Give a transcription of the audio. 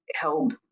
held